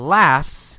laughs